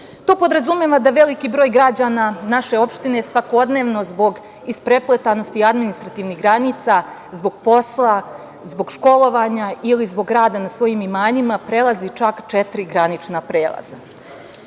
To podrazumeva da veliki broj građana naše opštine svakodnevno zbog isprepletanosti administrativnih granica, zbog posla, zbog školovanja ili zbog rada na svojim imanjima, prelazi čak četiri granična prelaza.Za